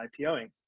IPOing